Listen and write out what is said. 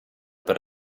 per